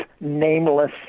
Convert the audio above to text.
Nameless